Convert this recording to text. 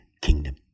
kingdom